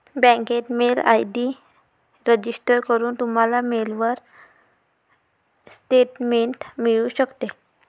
बँकेत mail ID register करून, तुम्हाला मेलवर स्टेटमेंट मिळू शकते